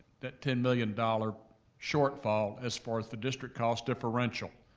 that ten million dollar shortfall as far as the district cost differential.